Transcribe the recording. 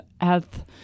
health